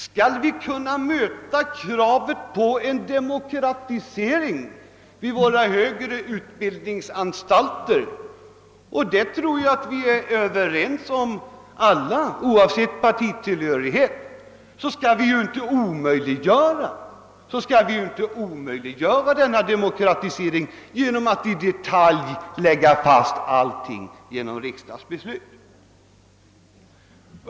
Skall vi kunna möta kravet på en demokratisering vid våra högre utbildningsanstalter — och en sådan tror jag att vi alla oavsett partitillhörighet är överens om — bör vi inte omöjliggöra denna demokratisering genom att i detalj lägga fast allting genom riksdagsbeslut.